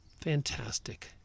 fantastic